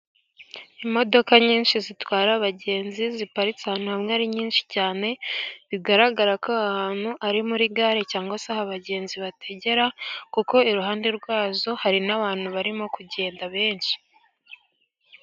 Imodoka nyinshi zitwara abagenzi ziparitse ahantu hamwe ari nyinshi cyane bigaragara ko aha hantu ari muri gare cyangwa se abagenzi aho bategera kuko iruhande rwazo hari n'abantu barimo kugenda benshi.